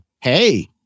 Hey